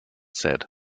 said